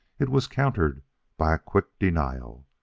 it was countered by a quick denial.